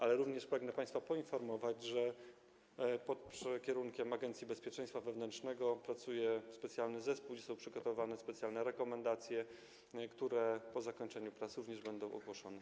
Jednak również pragnę państwa poinformować, że pod kierunkiem Agencji Bezpieczeństwa Wewnętrznego pracuje specjalny zespół i zostały przygotowane specjalne rekomendacje, które po zakończeniu prac też będą ogłoszone.